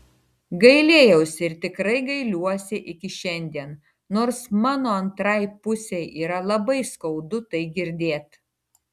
gailėjausi ir tikrai gailiuosi iki šiandien nors mano antrai pusei yra labai skaudu tai girdėt